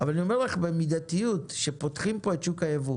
אבל אני אומר לך במידתיות שפותחים פה את שוק הייבוא.